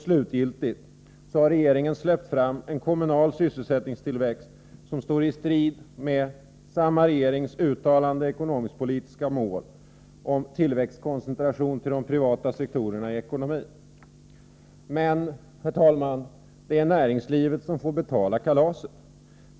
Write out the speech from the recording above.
Slutligen har regeringen släppt fram en kommunal sysselsättningstillväxt som står i strid med samma regerings uttalade ekonomisk-politiska mål i fråga om tillväxtkoncentration till de privata sektorerna i ekonomin. Men, herr talman, det är näringslivet som får betala kalaset.